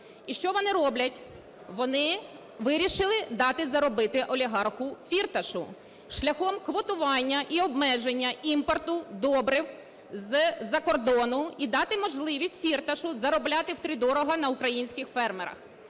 І що вони роблять. Вони вирішили дати заробити олігарху Фірташу шляхом квотування і обмеження імпорту добрив з-за кордону і дати можливість Фірташу заробляти втридорога на українських фермерах.